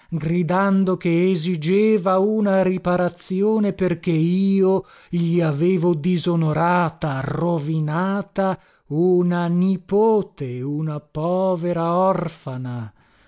gridando che esigeva subito una riparazione perché io gli avevo disonorata rovinata una nipote una povera orfana